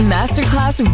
Masterclass